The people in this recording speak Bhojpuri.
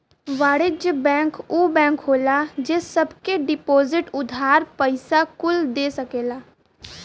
वाणिज्य बैंक ऊ बैंक होला जे सब के डिपोसिट, उधार, पइसा कुल दे सकेला